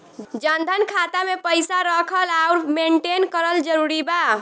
जनधन खाता मे पईसा रखल आउर मेंटेन करल जरूरी बा?